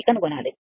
ని కనుగొనాలి